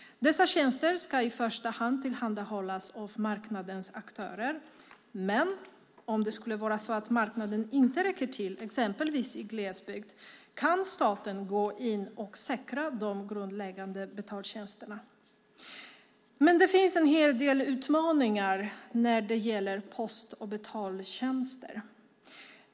Dessa tjänster ska i första hand tillhandahållas av marknadens aktörer. Men om det skulle vara så att marknaden inte räcker till, exempelvis i glesbygd, kan staten gå in och säkra de grundläggande betaltjänsterna. Men det finns en hel del utmaningar när det gäller post och betaltjänster.